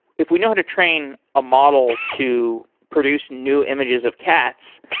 if we know how to train a model to produce new images of cats,